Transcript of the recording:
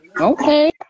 Okay